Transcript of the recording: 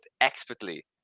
expertly